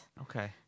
Okay